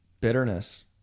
bitterness